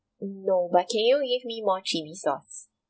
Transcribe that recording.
mm no but can you give me more chili sauce